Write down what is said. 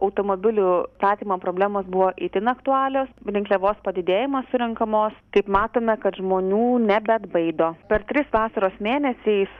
automobilių statymo problemos buvo itin aktualios rinkliavos padidėjimas surenkamos kaip matome kad žmonių nebeatbaido per tris vasaros mėnesiais